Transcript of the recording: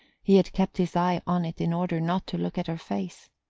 he had kept his eye on it in order not to look at her face.